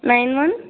nine one